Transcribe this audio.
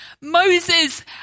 Moses